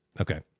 Okay